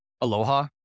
Aloha